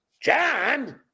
John